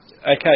Okay